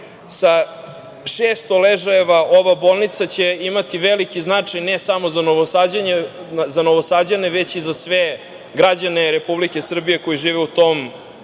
Sa 600 ležajeva ova bolnica će imati veliki značaj, ne samo za Novosađane, već i za sve građane Republike Srbije koji žive u tom